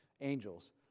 angels